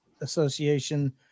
Association